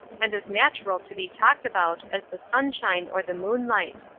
and as natural to be talked about, as the sunshine or the moonlight.